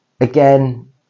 again